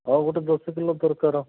ହଁ ଗୋଟେ ଦସ କିଲୋ ଦରକାର